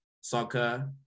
soccer